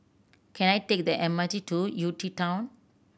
can I take the M R T to UTown